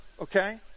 okay